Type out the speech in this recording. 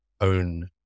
own